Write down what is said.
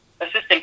assistant